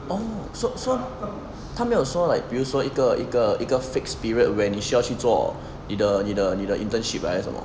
oh so so 他没有说 like 比如说一个一个一个 fixed period when 你需要去做你的你的 internship 还是什么